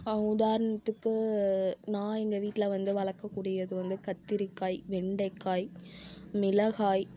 உதாரணத்துக்கு நான் எங்கள் வீட்டில் வந்து வளர்க்க கூடியது வந்து கத்திரிக்காய் வெண்டைக்காய் மிளகாய்